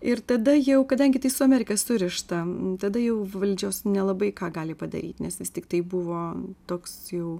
ir tada jau kadangi tai su amerika surišta tada jau valdžios nelabai ką gali padaryt nes vis tiktai buvo toks jau